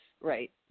right